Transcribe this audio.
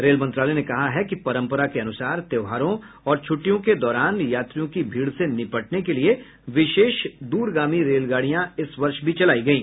rail मंत्रालय ने कहा है कि परंपरा के अनुसार त्यौहार और छुट्टियों के दौरान यात्रियों की भीड़ से निपटने के लिए विशेष द्रगामी रेलगाड़ियां इस वर्ष भी चलायी गयी